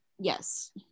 Yes